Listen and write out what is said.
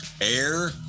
air